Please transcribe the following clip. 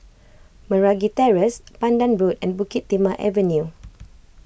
Meragi Terrace Pandan Road and Bukit Timah Avenue